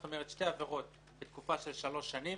זאת אומרת שתי עבירות בתקופה של שלוש שנים,